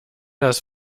das